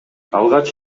алгач